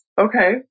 Okay